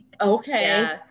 okay